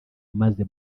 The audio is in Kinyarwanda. maze